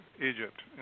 Egypt